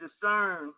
discern